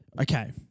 Okay